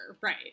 Right